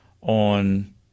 on